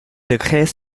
degrés